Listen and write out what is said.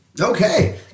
Okay